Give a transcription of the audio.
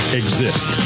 exist